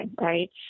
right